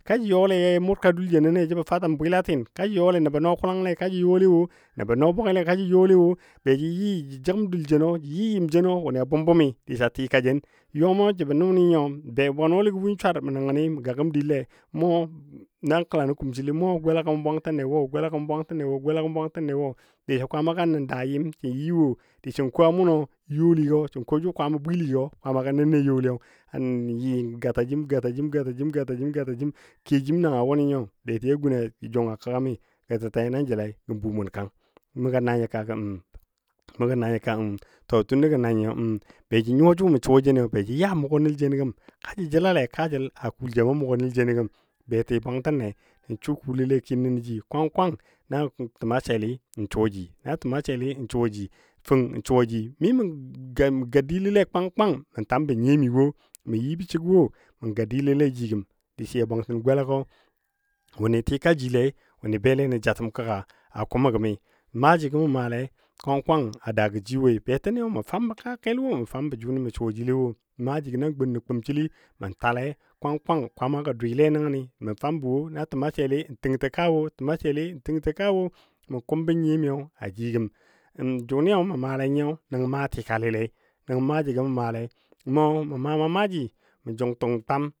Ka jə yɔle yaji mʊrka dul jenɔle jəbɔ fatəm bwilatin, ka jə yɔle nəbɔ nɔ kʊlangle kaji yɔle wo, nəbɔ nɔ bʊge lei ka jə yɔle wo. Be ja yɨ jə jəgəm dul jenɔ jə yɨ yɨm jeno wʊnɨ a bʊm bʊmi disa tika jen, yɔmɔ jəbɔ nʊnɨ nyiyo be bwenɔligɔ win swar mə nəngəni mə gagəm dile, mɔ nan kəla nə kumsili mɔ golagɔ mu bwangtən nei wo disə kwaamagɔ a nən daa yɨm sən yi wo dəsen ko mʊnɔ youligɔ disən ko jʊ Kwaama bwiligɔ Kwaamago nəne a youli, n yɨ gata jim gata jim gata jim gata jim kiyo jim na wʊnɨ nyo beti gun jung a kəggami gɔ tɛtɛ nan jəlai gən bʊmun kang, mə gənanyo ka gə mh mə gənanyo ka gə mh to tunda gənanyoyi be ji nyuwa jʊ mə suwa jeni bejə ya a mʊgɔ nəl jenɔ gəm kajə jəla kajəl a kul jem a mʊgɔ nəl jeno gəm beti bwangtənne nə su kuulo le kin nənɔ ji kwang kwang na təma shelli n suwaji, fəng n suwaji mə ga dilole kwang kwang mə tambɔ nyiyo mi wo mə yɨbɔ shig wo mə ga dilole a ji gəm diso ja bwangtən golagɔ wʊnɨ tikaji lei wʊnɨ bele nən jatəm kəgga a kʊmo gəmi maaji gɔ mə maalei kwan kwang a daagɔ ji woi betini mə fambɔ kaa jəl wo mə fambɔ jʊnɨ mə suwajilei maajigɔ nan gun nə kumsəli mə tale kwang kwang kwama gə doule nəngən ni, na təma selli təntə kaa wo na təma selli təntə kawo mə kumbɔ nyiyo məndi jʊnɨ mə maalei nəngɔ ma tikali lei mə maa maa maaji mə jung jung twam.